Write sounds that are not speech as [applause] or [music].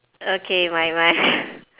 okay mine mine [laughs]